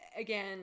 again